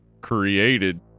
created